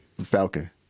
Falcon